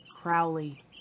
Crowley